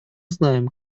знаем